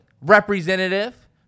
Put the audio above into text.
Representative